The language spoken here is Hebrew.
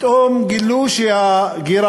פתאום גילו שהגירעון,